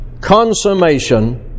consummation